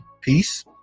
peace